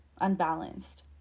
unbalanced